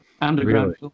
underground